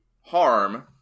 harm